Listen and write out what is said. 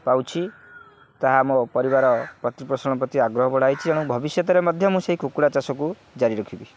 ପାଉଛି ତାହା ମୋ ପରିବାର ପ୍ରତିପୋଷଣ ପ୍ରତି ଆଗ୍ରହ ବଢ଼ାଇଛି ତେଣୁ ଭବିଷ୍ୟତରେ ମଧ୍ୟ ମୁଁ ସେଇ କୁକୁଡ଼ା ଚାଷକୁ ଜାରି ରଖିବି